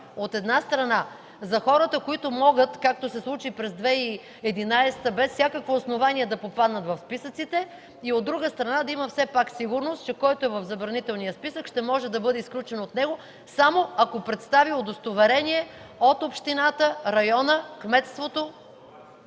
от една страна, за хората, които могат, както се случи през 2011 г., без всякакво основание да попаднат в списъците и, от друга страна – да има все пак сигурност, че който е в забранителния списък, може да бъде изключен от него, само ако представи удостоверение от общината, района, кметството